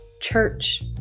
church